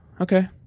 Okay